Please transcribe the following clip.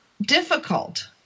difficult